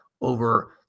over